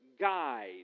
guide